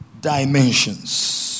dimensions